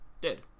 Dead